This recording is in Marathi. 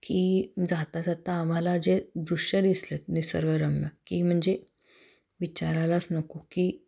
की जाता जाता आम्हाला जे दृश्य दिसले आहेत निसर्गरम्य की म्हणजे विचारायलाच नको की